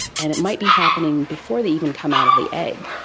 and it might be happening before they even come out of the egg.